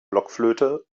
blockflöte